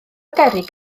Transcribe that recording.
gerrig